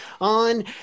on